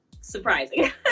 surprising